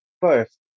first